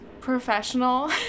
professional